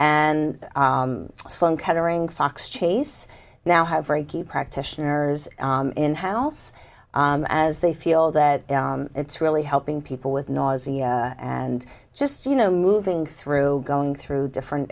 and sloan kettering fox chase now have reiki practitioners in house as they feel that it's really helping people with nausea and just you know moving through going through different